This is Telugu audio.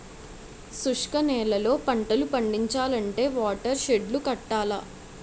శుష్క నేలల్లో పంటలు పండించాలంటే వాటర్ షెడ్ లు కట్టాల